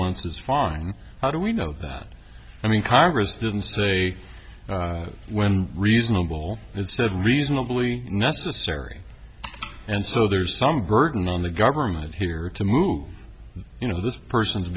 months is fine how do we know that i mean congress didn't say when reasonable is reasonably necessary and so there's some burden on the government here to move you know this person